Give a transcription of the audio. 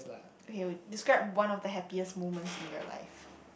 okay describe one of the happiest moments in your life